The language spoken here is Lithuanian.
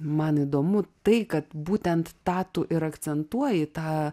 man įdomu tai kad būtent tą tu ir akcentuoji tą